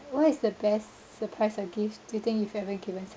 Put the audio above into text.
what is the best surprise or gifts to thing you've ever given someone